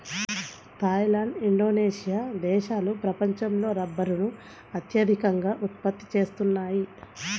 Thai land, Indonesia దేశాలు ప్రపంచంలో రబ్బరును అత్యధికంగా ఉత్పత్తి చేస్తున్నాయి